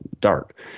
dark